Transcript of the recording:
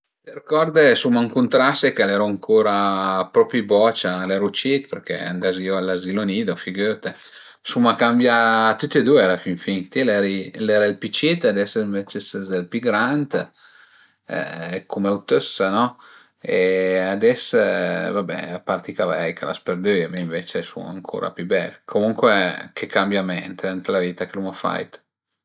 T'ërcorde suma ëncuntrase ch'e ieru ancura propi bocia, al eru cit perché andazìu a l'azilo nido figürte. Suma cambià tüti e dui a la fin fin. Ti l'ere ël pi cit e ënvece ades ses ël pi grand cume autëssa no e ades va be a part i cavei che l'as perdüie, mi ënvece sun ancura pi bel, comuncue che cambiament ën la vita che l'uma fait